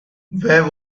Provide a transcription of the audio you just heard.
where